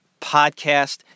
podcast